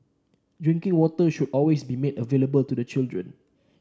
drinking water should always be made available to the children